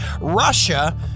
Russia